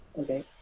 Okay